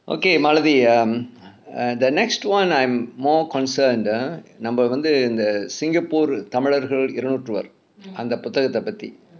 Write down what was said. okay malathi um err the next [one] I'm more concerned ah நம்ம வந்து இந்த சிங்கப்பூர் தமிழர்கள் இரணுத்துவர் அந்த புத்தகத்தை பற்றி:namma vanthu intha singapoor thamilarkal iranuthuvar antha putthakathai patri